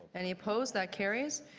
any opposed? that carries.